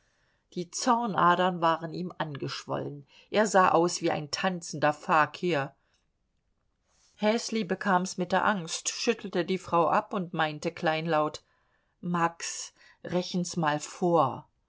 die zornadern waren ihm angeschwollen er sah aus wie ein tanzender fakir häsli bekam's mit der angst schüttelte die frau ab und meinte kleinlaut max rechn s mal vor